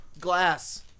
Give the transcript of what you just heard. glass